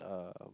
um